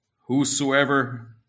Whosoever